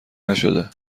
نشده